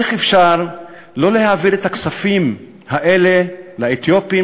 איך אפשר שלא להעביר את הכספים האלה לאתיופים,